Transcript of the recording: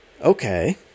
Okay